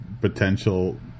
potential